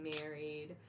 married